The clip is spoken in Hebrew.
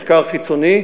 מחקר חיצוני.